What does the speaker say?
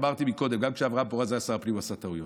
אמרתי קודם שגם כשאברהם פורז היה שר הפנים הוא עשה טעויות.